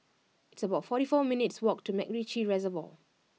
it's about forty four minutes' walk to MacRitchie Reservoir